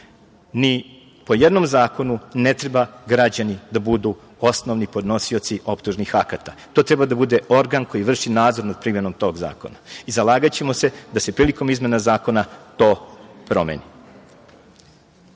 ni po jednom zakonu ne treba građani da budu osnovni podnosioci optužnih akata. To treba da bude organ koji vrši nadzor nad primenom tog zakona i zalagaćemo se da se prilikom izmena zakona to promeni. Stepen